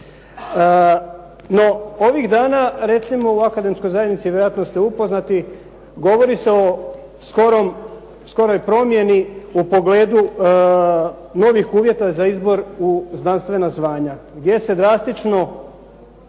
No ovih dana recimo u akademskoj zajednici vjerojatno ste upoznati govori se o skoroj promjeni u pogledu novih uvjeta za izbor u znanstvena zvanja gdje se drastično